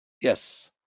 Yes